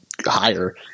higher